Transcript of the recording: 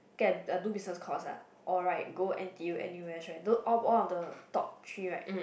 get uh do business course ah or right go n_t_u n_u_s right though one one of the top three right